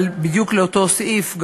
אבל בדיוק לאותו סעיף,